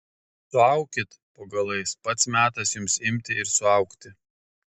suaukit po galais pats metas jums imti ir suaugti